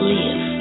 live